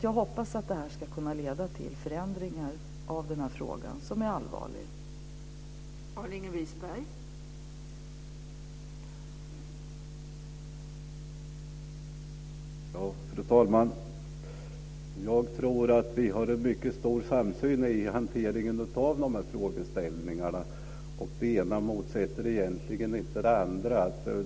Jag hoppas att detta ska leda till förändringar i denna allvarliga fråga.